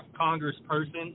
Congressperson